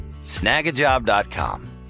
Snagajob.com